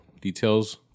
details